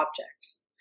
objects